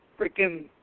freaking